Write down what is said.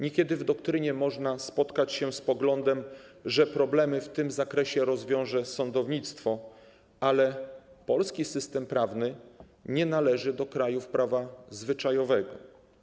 Niekiedy w doktrynie można spotkać się z poglądem, że problemy w tym zakresie rozwiąże sądownictwo, ale polski system prawny nie należy do systemów krajów prawa zwyczajowego.